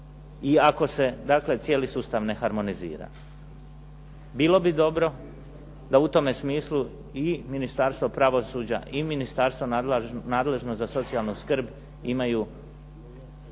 dakle cijeli sustav ne harmonizira. Bilo bi dobro da u tome smislu i Ministarstvo pravosuđa i Ministarstvo nadležno za socijalnu skrb imaju